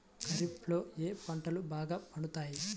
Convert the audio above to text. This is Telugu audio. ఖరీఫ్లో ఏ పంటలు బాగా పండుతాయి?